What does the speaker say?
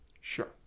Sure